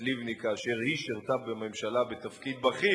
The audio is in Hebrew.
לבני כאשר היא שירתה בממשלה בתפקיד בכיר,